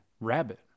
rabbit